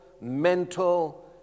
mental